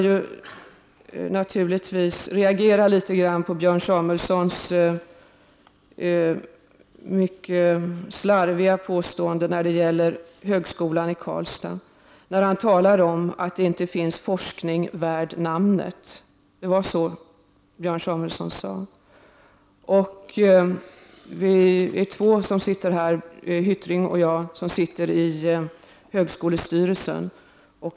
Jag reagerade mot Björn Samuelsons mycket slarviga påstående när det gällde högskolan i Karlstad. Han sade att det där inte bedrivs forskning värd namnet. Två av oss som är närvarande — Jan Hyttring och jag — sitter i högskolestyrelsen.